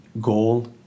goal